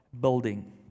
building